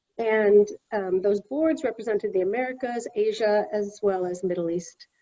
and those boards represented the americas, asia, as well as middle east,